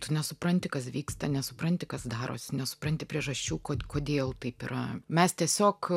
tu nesupranti kas vyksta nesupranti kas darosi nesupranti priežasčių kodėl taip yra mes tiesiog